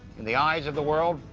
in the eyes of the world,